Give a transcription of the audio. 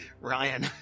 Ryan